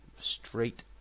straight